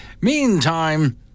Meantime